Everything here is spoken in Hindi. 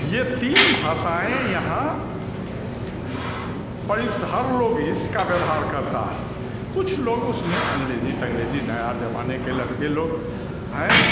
ये तीन भाषाएँ यहाँ पड़ी तो हर लोग इसका व्यवहार करता है कुछ लोग उसमें अंग्रेज़ी तंगरेज़ी नया ज़माने के लड़के लोग हैं